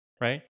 right